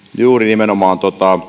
juuri nimenomaan